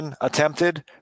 attempted